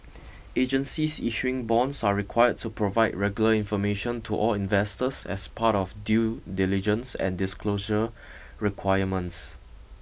agencies issuing bonds are required to provide regular information to all investors as part of due diligence and disclosure requirements